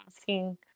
asking